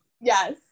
Yes